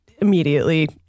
immediately